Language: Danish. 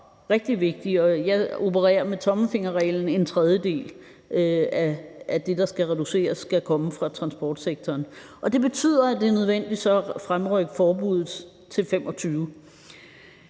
Jeg opererer med den tommelfingerregel, at en tredjedel af det, der skal reduceres, skal komme fra transportsektoren. Det betyder så, at det er nødvendigt at fremrykke forbuddet til 2025.